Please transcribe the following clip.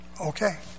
okay